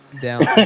down